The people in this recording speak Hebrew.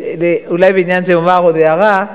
אולי בעניין זה אומר עוד הערה.